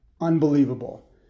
Unbelievable